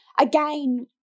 again